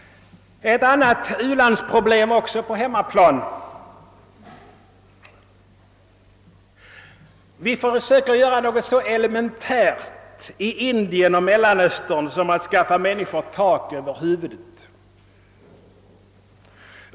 Ett annat u-landsproblem har vi ock så i Sverige. I Indien och Mellanöstern får vi försöka göra något så elementärt som att skaffa människor tak över huvudet.